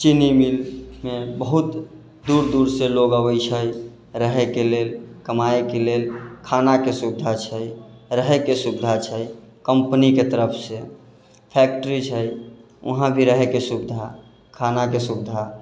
चीनी मीलमे बहुत दूर दूरसँ लोग अबै छै रहैके लेल कमायके लेल खानाके सुविधा छै रहैके सुविधा छै कम्पनीके तरफसँ फैक्टरी छै उहाँ भी रहैके सुविधा खानाके सुविधा